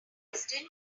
function